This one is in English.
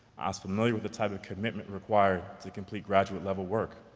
i was familiar with the type of commitment required to complete graduate-level work.